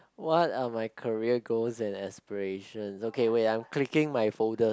what are my career goals and aspirations okay wait ah I'm clicking my folder